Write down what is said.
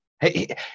Hey